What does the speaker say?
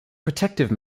protective